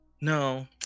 No